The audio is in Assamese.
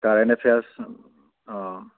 কাৰেণ্ট এফেয়াৰ্চ অঁ